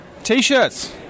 T-shirts